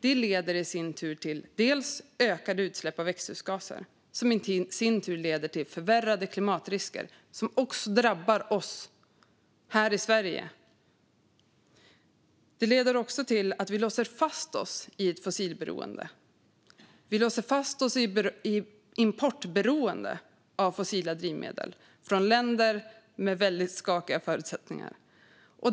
Det leder till ökade utsläpp av växthusgaser, som i sin tur leder till förvärrade klimatrisker som också drabbar oss här i Sverige. Det leder även till att vi låser fast oss i ett fossilberoende. Vi låser fast oss i ett beroende av import av fossila drivmedel från länder med väldigt skakiga förutsättningar.